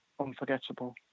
unforgettable